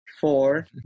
four